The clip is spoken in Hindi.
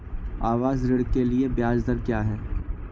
आवास ऋण के लिए ब्याज दर क्या हैं?